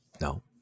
No